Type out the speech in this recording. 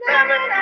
Seven